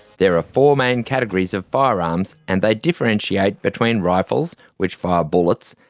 there are four main categories of firearms and they differentiate between rifles which fire bullets,